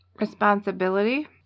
Responsibility